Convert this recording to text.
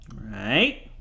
Right